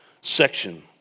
section